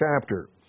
chapter